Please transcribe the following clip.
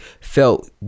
felt